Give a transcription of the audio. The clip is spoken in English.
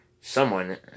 Someone